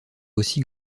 aussi